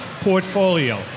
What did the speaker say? portfolio